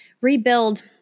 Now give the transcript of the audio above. rebuild